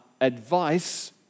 advice